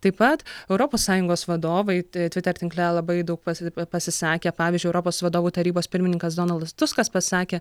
taip pat europos sąjungos vadovai twitter tinkle labai daug pas pasisakė pavyzdžiui europos vadovų tarybos pirmininkas donaldas tuskas pasisakė